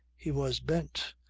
he was bent.